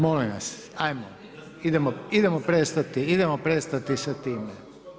Molim vas, ajmo, idemo prestati, idemo prestati sa time.